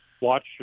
watch